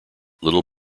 little